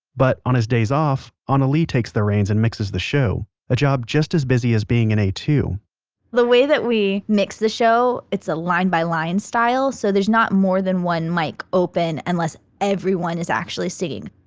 but on his days off anna-lee takes the reigns and mixes the show a job just as busy as being an a two point the way that we mix the show, it's a line by line style. so there's not more than one mic like open unless everyone is actually singing.